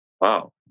Wow